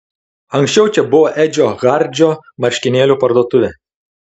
anksčiau čia buvo edžio hardžio marškinėlių parduotuvė